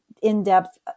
in-depth